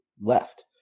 left